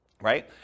right